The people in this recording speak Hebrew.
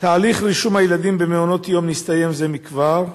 תהליך רישום הילדים במעונות יום נסתיים זה מכבר,